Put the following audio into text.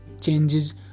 changes